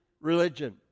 religion